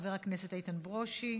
חבר הכנסת איתן ברושי.